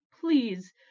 please